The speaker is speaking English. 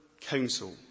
council